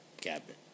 cabinet